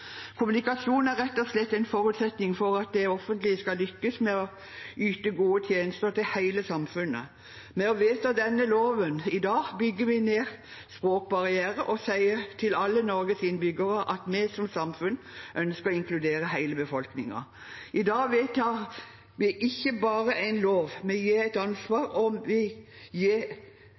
er rett og slett en forutsetning for at det offentlige skal lykkes med å yte gode tjenester til hele samfunnet. Ved å vedta denne loven i dag bygger vi ned språkbarrierer og sier til alle Norges innbyggere at vi som samfunn ønsker å inkludere hele befolkningen. I dag vedtar vi ikke bare en lov; vi gir ansvar og økte rettigheter. Jeg merker meg at det er et ønske om